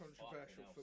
controversial